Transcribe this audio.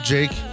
Jake